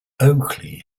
oakleigh